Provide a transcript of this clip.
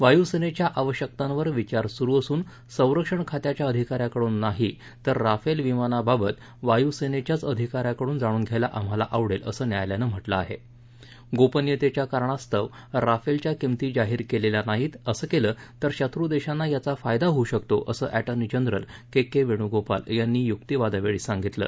वायूसेनेच्या आवश्यकतांवर विचार सुरु असून संरक्षण खात्याच्या अधिका याकडून नाही तर राफेल विमानाबाबत वायूसेनेच्याच अधिका याकडून जाणून घ्यायला आम्हाला आवडेल असं न्यायालयानं म्हटलं गोपनियतेच्या कारणास्तव राफेलच्या किंमती जाहीर केल्या नाहीत असं केलं तर शत्रू देशांना याचा फायदा होऊ शकतो असं attorney general K K Venugopal यांनी युक्तीवादावेळी सांगितलं